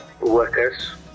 workers